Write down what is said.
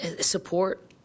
support